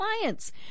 clients